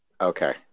Okay